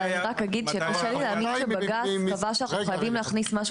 אבל אני רק אגיד שקשה לי להאמין שבג"ץ קבע שאנחנו חייבים להכניס משהו